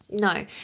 No